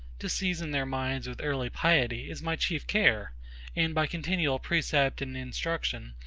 to season their minds with early piety, is my chief care and by continual precept and instruction,